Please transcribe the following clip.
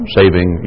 saving